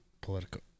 political